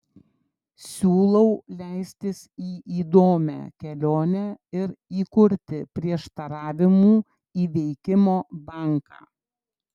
siūlau leistis į įdomią kelionę ir įkurti prieštaravimų įveikimo banką